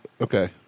Okay